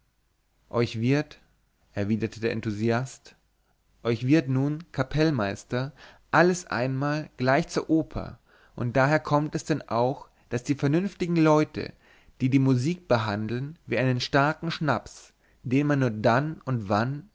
euch wird erwiderte der enthusiast euch wird nun kapellmeister alles einmal gleich zur oper und daher kommt es denn auch daß die vernünftigen leute die die musik behandeln wie einen starken schnaps den man nur dann und wann